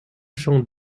jean